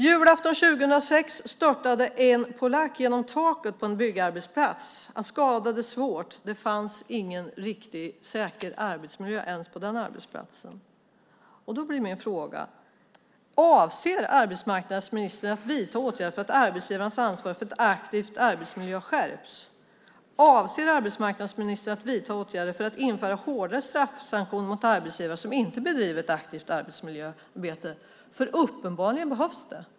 Julafton 2006 störtade en polack genom taket på en byggarbetsplats. Han skadades svårt. Det fanns ingen riktig, säker arbetsmiljö ens på den arbetsplatsen. Min fråga blir då: Avser arbetsmarknadsministern att vidta åtgärder för att skärpa arbetsgivarens ansvar för ett aktivt arbetsmiljöarbete? Avser arbetsmarknadsministern att vidta åtgärder för hårdare straffsanktioner mot arbetsgivare som inte bedriver ett aktivt arbetsmiljöarbete? Uppenbarligen behövs det.